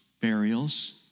burials